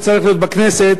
כפי שצריכה להיות בכנסת.